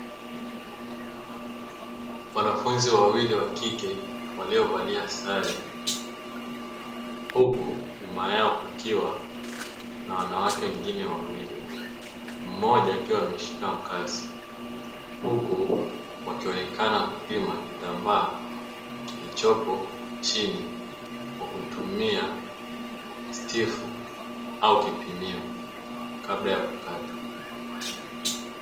Wanafunzi wawili wa kike waliovalia sare huku nyuma yao kukiwa na wanawake wengine wawili; mmoja akiwa ameshika mkasi huku wakionekana kupima kitambaa kilichopo chini kwa kutumia stifu au kipimio kabla ya kukata.